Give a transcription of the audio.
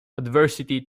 adversity